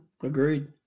agreed